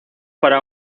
para